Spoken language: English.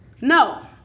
No